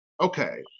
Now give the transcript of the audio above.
okay